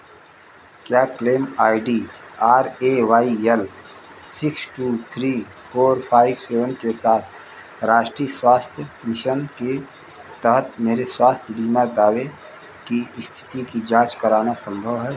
क्या claim I D R A Y L six two three four five seven के साथ राष्ट्रीय स्वास्थ्य मिशन के तहत मेरे स्वास्थ्य बीमा दावे की स्थिति की जाँच कराना संभव है